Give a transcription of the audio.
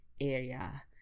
area